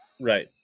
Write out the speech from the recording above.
right